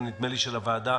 ונדמה לי של הוועדה,